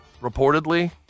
reportedly